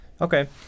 Okay